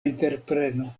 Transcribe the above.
entrepreno